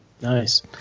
Nice